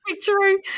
True